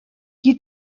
qui